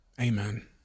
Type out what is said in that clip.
amen